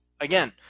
again